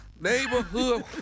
Neighborhood